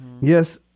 Yes